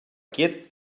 quiet